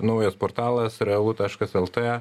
naujas portalas realu taškas lt